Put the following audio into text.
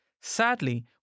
Sadly